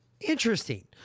Interesting